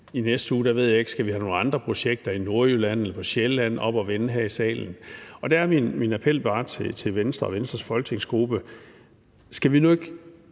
i næste uge skal have nogle andre projekter i Nordjylland eller på Sjælland op at vende her i salen. Og der er min appel bare til Venstre og Venstres folketingsgruppe: Skal vi nu ikke